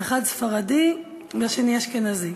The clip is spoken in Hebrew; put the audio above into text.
האחד ספרדי והשני אשכנזי.